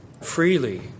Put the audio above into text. freely